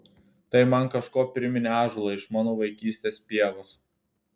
tai man kažkuo priminė ąžuolą iš mano vaikystės pievos